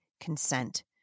consent